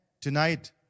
Tonight